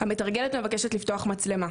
המתרגלת מבקשת לפתוח מצלמה.